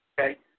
okay